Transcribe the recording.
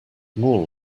more